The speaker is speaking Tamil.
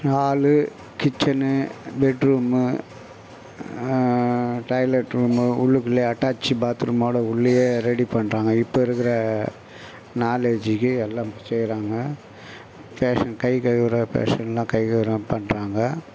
hall kitchen bed room toilet room உள்ளுக்குள்ளே அட்டாச் பாத் ரூமோட உள்ளேயே ரெடி பண்ணுறாங்க இப்போ இருக்கிற நாலேஜிக்கு எல்லாம் செய்கிறாங்க ஃபேஷன் கை கழுவுகிற பேஷனெலாம் கை பண்ணுறாங்க